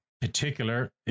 particular